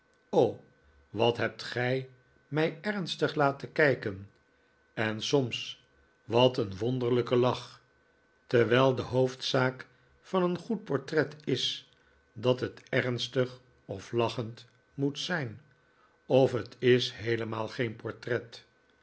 wat hebt gij mij ernstig laten kijken en soms wat een wonderlijke lach terwijl de hoofdzaak van een goed portret is dat het ernstig of lachend moet zijn of het is heelemaal geen portret